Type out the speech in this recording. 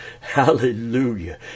Hallelujah